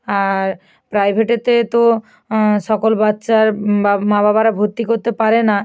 আর প্রাইভেটেতে তো সকল বাচ্চার মা বাবারা ভর্তি করতে পারে না